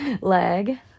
leg